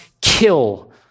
kill